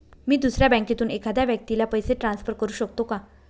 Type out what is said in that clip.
मी दुसऱ्या बँकेतून एखाद्या व्यक्ती ला पैसे ट्रान्सफर करु शकतो का?